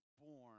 born